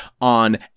on